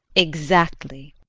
exactly!